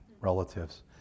relatives